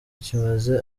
kimaze